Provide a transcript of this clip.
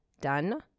done